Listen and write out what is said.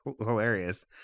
hilarious